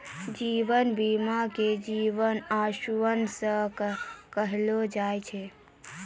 जीवन बीमा के जीवन आश्वासन सेहो कहलो जाय छै